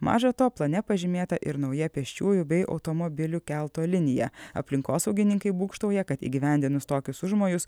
maža to plane pažymėta ir nauja pėsčiųjų bei automobilių kelto linija aplinkosaugininkai būgštauja kad įgyvendinus tokius užmojus